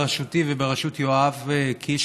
בראשותי ובראשות יואב קיש,